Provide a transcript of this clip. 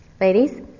ladies